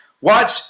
watch